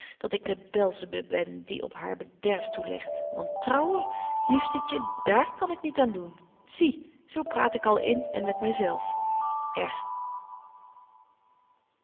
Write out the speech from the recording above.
dat ik de belsebub ben die op haar bederf toelegt want trouwen liefstetje daar kan ik niet aan doen zie zo praat ik al in en met my